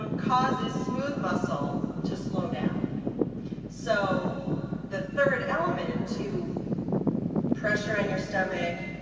um causes smooth muscle to slow down so the third element to pressure in your stomach,